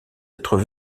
être